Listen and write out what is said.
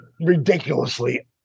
ridiculously